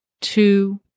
two